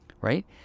right